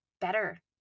better